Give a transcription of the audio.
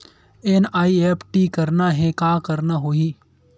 NEFT करना हे का करना होही?